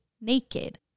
naked